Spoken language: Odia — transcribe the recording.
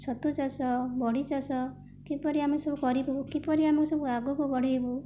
ଛତୁ ଚାଷ ବଡ଼ି ଚାଷ କିପରି ଆମେ ସବୁ କରିବୁ କିପରି ଆମେ ସବୁ ଆଗକୁ ବଢ଼ାଇବୁ